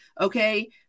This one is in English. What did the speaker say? Okay